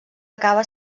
acaba